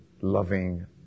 loving